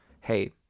Hey